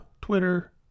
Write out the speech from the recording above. Twitter